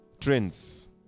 Trends